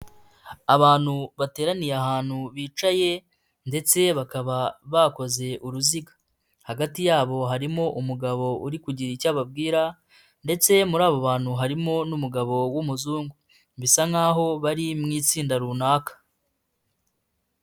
Abantu bateraniye ahantu bicaye ndetse bakaba bakoze uruziga. Hagati yabo harimo umugabo uri kugira icyo ababwira ndetse muri abo bantu harimo n'umugabo w'umuzungu, bisa nkaho bari mu itsinda runaka.